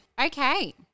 okay